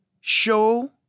show